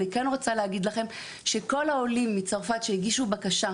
אני כן רוצה להגיד לכם שכל העולים מצרפת שהגישו בקשה,